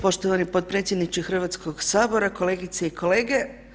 Poštovani potpredsjedniče Hrvatskog sabora, kolegice i kolege.